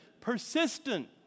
persistent